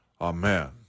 amen